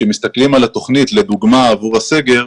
כשמסתכלים על התוכנית לדוגמה עבור הסגר,